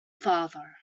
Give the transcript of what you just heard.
father